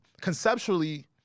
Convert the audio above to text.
conceptually